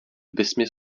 vesměs